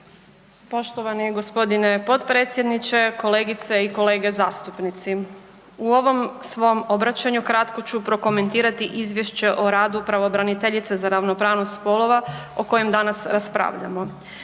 Poštovani g. potpredsjedniče, kolegice i kolege zastupnici. U ovom svom obraćanju kratko ću prokomentirati izvješće o radu pravobraniteljice za ravnopravnost spolova o kojem danas raspravljamo.